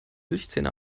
milchzähne